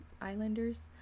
Islanders